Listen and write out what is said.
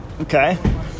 Okay